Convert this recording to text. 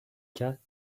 cas